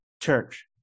Church